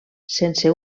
sense